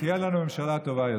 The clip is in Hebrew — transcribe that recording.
ותהיה לנו ממשלה טובה יותר.